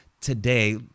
today